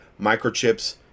microchips